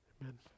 Amen